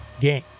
game